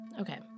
Okay